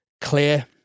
clear